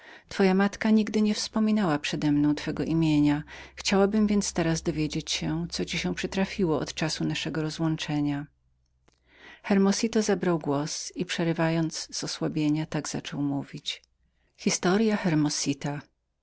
twoja matka nigdy nie wspominała przedemną twego nazwiska chciałabym więc teraz dowiedzieć się co ci się przytrafiło od czasu naszego rozłączenia hermosito zabrał głos i przestając co chwila z osłabienia tak zaczął mówić